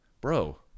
Bro